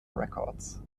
records